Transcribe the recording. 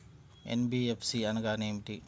NBFC అనగా ఏమిటీ?